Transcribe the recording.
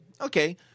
Okay